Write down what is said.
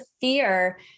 fear